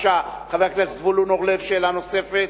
חבר הכנסת זבולון אורלב, שאלה נוספת.